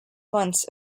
months